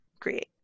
create